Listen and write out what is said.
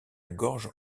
gorge